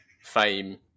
fame